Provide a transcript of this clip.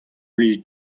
blij